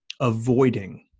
avoiding